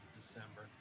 December